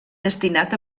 destinat